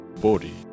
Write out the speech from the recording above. body